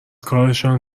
کارشان